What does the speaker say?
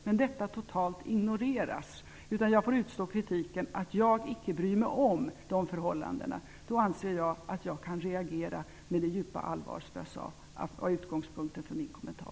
Men detta ignoreras totalt. Jag får utstå kritik för att jag icke bryr mig om dessa förhållanden. Då anser jag att jag kan reagera med det djupa allvar som jag sade var utgångspunkten för min kommentar.